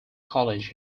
college